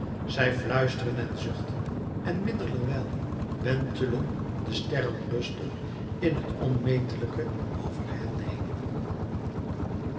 zij fluisteren en zuchten en middelerwijl wentelen de sterren rustig in het onmetelijke over hen heen